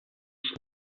ich